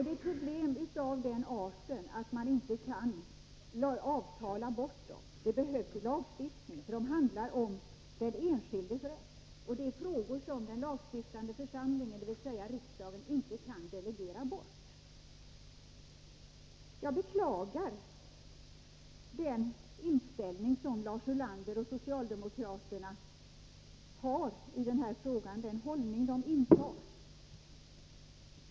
Det är problem av den arten att man inte kan avtala bort dem, utan det behövs lagstiftning. Det handlar om den enskildes rätt, och det är frågor som den lagstiftande församlingen, dvs. riksdagen, inte kan delegera. Jag beklagar den inställning som Lars Ulander och socialdemokraterna har i denna fråga.